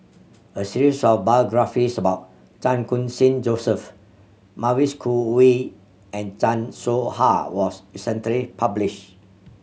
a series of biographies about Chan Khun Sing Joseph Mavis Khoo Oei and Chan Soh Ha was recently published